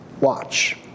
watch